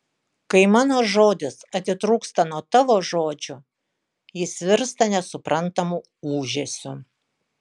kai mano žodis atitrūksta nuo tavo žodžio jis virsta nesuprantamu ūžesiu